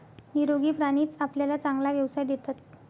निरोगी प्राणीच आपल्याला चांगला व्यवसाय देतात